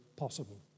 possible